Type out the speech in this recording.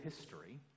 history